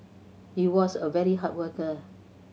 he was a very hard worker